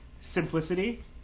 simplicity